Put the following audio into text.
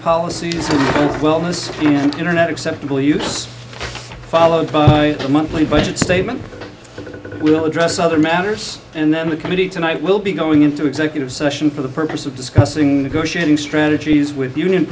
policies wellness and internet acceptable use followed by a monthly budget statement that will address other matters and then the committee tonight will be going into executive session for the purpose of discussing go shooting strategies with union